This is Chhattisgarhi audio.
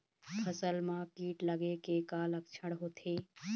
फसल म कीट लगे के का लक्षण होथे?